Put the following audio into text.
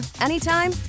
anytime